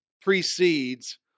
precedes